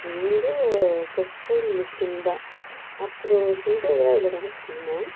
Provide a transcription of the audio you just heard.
Hindu Christian Muslim தான் அப்பறம் ஹிந்து தான் இவ்வளோ நேரம் சொன்னேன்